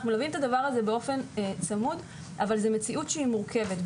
אנחנו באופן צמוד אבל זאת מציאות שהיא מורכבת.